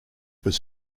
was